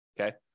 Okay